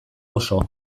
oso